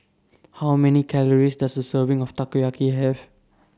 How Many Calories Does A Serving of Takoyaki Have